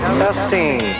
testing